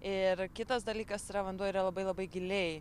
ir kitas dalykas yra vanduo yra labai labai giliai